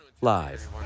live